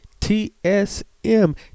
TSM